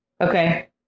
Okay